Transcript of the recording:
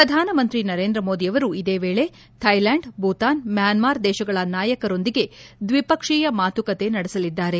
ಪ್ರಧಾನಮಂತ್ರಿ ನರೇಂದ್ರ ಮೋದಿಯವರು ಇದೇ ವೇಳೆ ಥೈಲ್ಟಾಂಡ್ ಭೂತಾನ್ ಮ್ಹಾನ್ಕಾರ್ ದೇಶಗಳ ನಾಯಕರೊಂದಿಗೆ ದ್ವಿಪಕ್ಷೀಯ ಮಾತುಕತೆ ನಡೆಸಲಿದ್ದಾರೆ